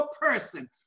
person